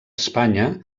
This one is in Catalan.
espanya